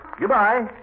Goodbye